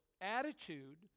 attitude